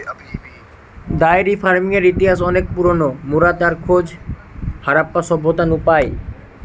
diary ফার্মিংয়ের ইতিহাস অনেক পুরোনো, মোরা তার খোঁজ হারাপ্পা সভ্যতা নু পাই